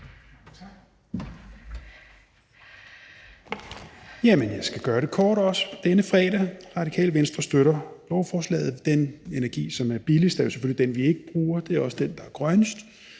jeg skal gøre det kort også på denne fredag. Radikale Venstre støtter lovforslaget. Den energi, som er billigst, er jo selvfølgelig den, vi ikke bruger, og det er også den, der er grønnest.